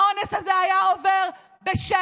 האונס הזה היה עובר בשקט.